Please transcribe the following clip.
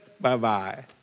Bye-bye